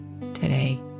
today